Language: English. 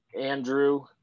Andrew